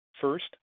First